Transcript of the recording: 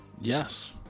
Yes